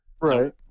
right